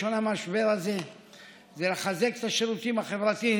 מהמשבר הזה הם בראש ובראשונה לחזק את השירותים החברתיים,